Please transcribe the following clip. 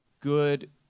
good